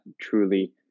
truly